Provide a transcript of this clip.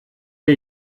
wir